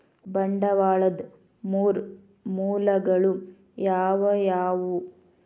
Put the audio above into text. ಬಂಡವಾಳದ್ ಮೂರ್ ಮೂಲಗಳು ಯಾವವ್ಯಾವು?